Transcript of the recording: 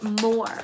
more